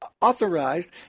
authorized